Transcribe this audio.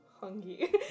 hungry